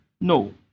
No